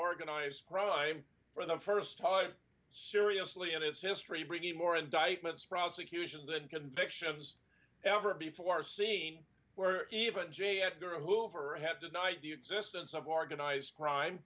organized crime for the first time seriously in its history bringing more indictments prosecutions and convictions ever before seen where even j edgar hoover ahead tonight the existence of organized crime